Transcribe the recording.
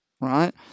right